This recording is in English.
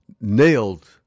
nailed